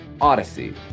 Odyssey